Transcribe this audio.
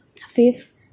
Fifth